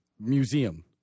Museum